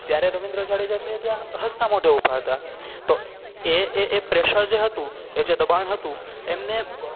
ત્યારે રવીન્દ્ર જાડેજા છે ત્યાં હસતા મોઢે ઊભા હતા તો એ એ એ પ્રેશર જે હતું એ જે દબાણ હતું એમને